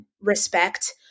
respect